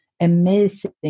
amazing